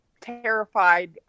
terrified